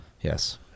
Yes